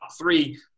three